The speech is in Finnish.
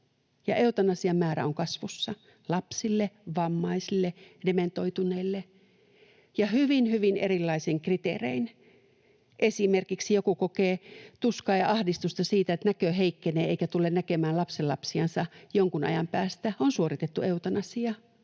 eutanasian määrä on kasvussa lapsille, vammaisille, dementoituneille ja hyvin, hyvin erilaisin kriteerein. Esimerkiksi kun joku kokee tuskaa ja ahdistusta siitä, että näkö heikkenee eikä tule näkemään lapsenlapsiansa jonkun ajan päästä, on suoritettu eutanasia.